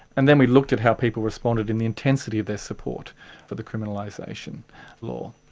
and then we looked at how people responded and the intensity of their support for the criminalisation law.